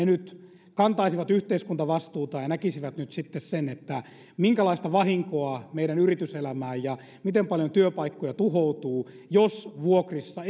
nyt kantaisivat yhteiskuntavastuuta ja näkisivät nyt sitten sen minkälaista vahinkoa meidän yrityselämään tulee ja miten paljon työpaikkoja tuhoutuu jos vuokrissa